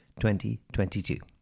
2022